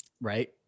Right